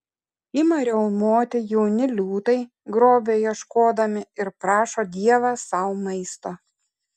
ima riaumoti jauni liūtai grobio ieškodami ir prašo dievą sau maisto